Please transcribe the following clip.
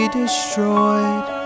destroyed